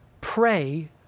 pray